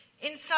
inside